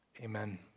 Amen